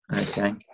Okay